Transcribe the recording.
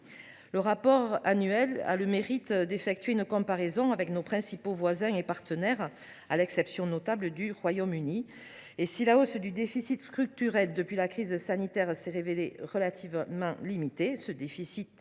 Le rapport annuel a le mérite d’effectuer une comparaison avec nos principaux voisins et partenaires, à l’exception notable du Royaume Uni : si la hausse du déficit structurel depuis la crise sanitaire s’est révélée relativement limitée, car ce déficit